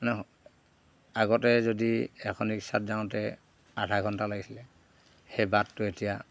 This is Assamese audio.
মানে আগতে যদি এখন ৰিক্সাত যাওঁতে আধা ঘণ্টা লাগিছিলে সেই বাটটো এতিয়া